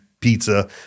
pizza